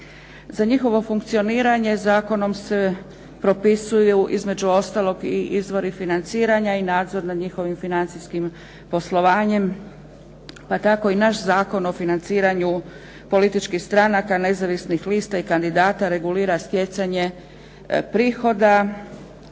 Za njihovo funkcioniranje zakonom se propisuju između ostalog i izvori financiranja i nadzor nad njihovim financijskim poslovanjem, pa tako i naš Zakon o financiranju političkih stranaka, nezavisnih lista i kandidata regulira stjecanje prihoda,